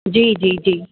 जी जी जी